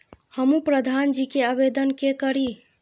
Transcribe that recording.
हमू प्रधान जी के आवेदन के करी?